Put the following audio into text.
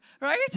right